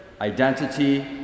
identity